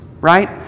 right